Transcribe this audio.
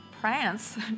Prance